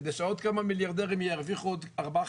כדי שעוד כמה מיליארדרים ירוויחו עוד ארבעה,